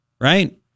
right